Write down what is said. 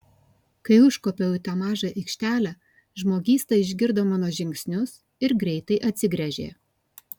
kai užkopiau į tą mažą aikštelę žmogysta išgirdo mano žingsnius ir greitai atsigręžė